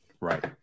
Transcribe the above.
right